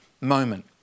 moment